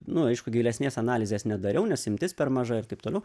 nu aišku gilesnės analizės nedariau nes imtis per maža ir taip toliau